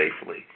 safely